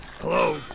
Hello